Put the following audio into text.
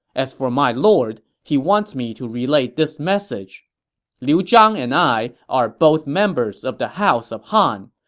as for my lord, he wants me to relay this message liu zhang and i are both members of the house of han.